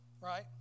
right